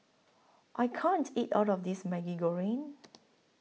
I can't eat All of This Maggi Goreng